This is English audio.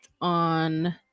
on